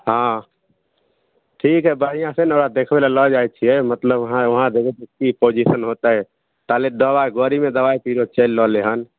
हँ ठीक हइ तऽ बढ़िआँ छै ने ओकरा देखबैलए लऽ जाइ छिए मतलब वहाँ जेबै तऽ कि पोजिशन हेतै ताले दवाइ गाड़ीमे दवाइ बीरो चलि रहलै हँ